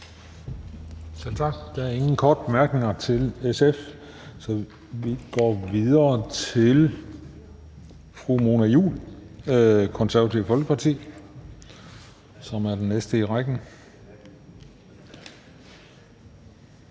tak. Der er ingen korte bemærkninger til SF, så vi går videre til fru Mona Juul, Det Konservative Folkeparti, som er den næste i rækken.